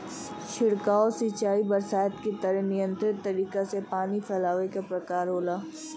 छिड़काव सिंचाई बरसात के तरे नियंत्रित तरीका से पानी फैलावे क प्रकार होला